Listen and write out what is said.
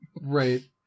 Right